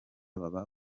baba